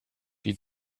die